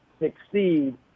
succeed